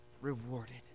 rewarded